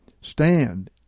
Stand